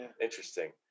Interesting